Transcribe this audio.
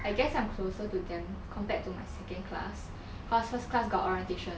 I guess I'm closer to them compared to my second class cause first class got orientation